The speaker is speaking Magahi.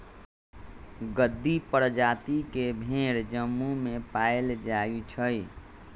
गद्दी परजाति के भेड़ जम्मू में पाएल जाई छई